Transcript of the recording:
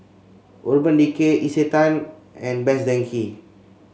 Urban Decay Isetan and Best Denki